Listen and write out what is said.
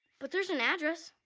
but there's an address.